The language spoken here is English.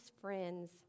friends